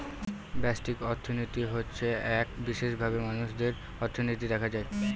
ব্যষ্টিক অর্থনীতি হচ্ছে এক বিশেষভাবে মানুষের অর্থনীতি দেখা হয়